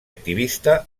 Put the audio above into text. activista